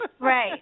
right